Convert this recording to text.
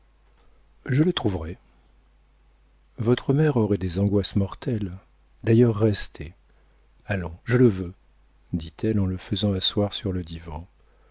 je le trouverai votre mère aurait des angoisses mortelles d'ailleurs restez allons je le veux dit-elle en le faisant asseoir sur le divan